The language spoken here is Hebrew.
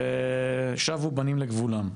ושבו בנים לגבולם.